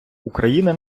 україна